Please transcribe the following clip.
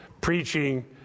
preaching